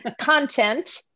content